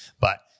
But-